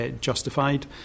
justified